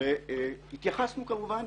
והתייחסנו כמובן